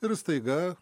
ir staiga